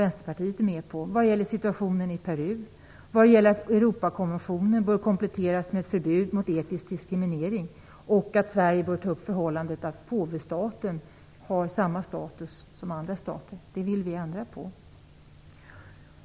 Vänsterpartiet står bakom vad gäller situationen i Peru, att Europakonventionen bör kompletteras med ett förbud mot etnisk diskriminering och att Sverige bör ta upp förhållandet att Påvestaten har samma status som andra stater, vilket vi vill ändra på.